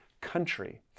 country